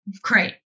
Great